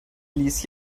ließ